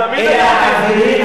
האבירים הגזעניים שלו,